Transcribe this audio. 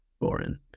boring